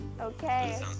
Okay